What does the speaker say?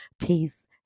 Peace